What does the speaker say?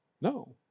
No